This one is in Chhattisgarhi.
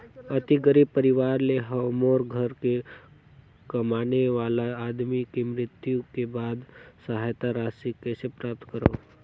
अति गरीब परवार ले हवं मोर घर के कमाने वाला आदमी के मृत्यु के बाद सहायता राशि कइसे प्राप्त करव?